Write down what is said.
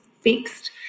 fixed